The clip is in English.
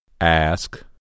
Ask